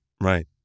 Right